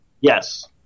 Yes